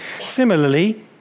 Similarly